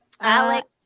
alex